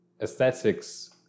aesthetics